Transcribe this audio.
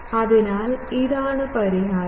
അതിനാൽ ഇതാണ് പരിഹാരം